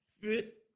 fit